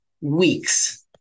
weeks